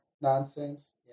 nonsense